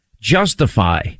justify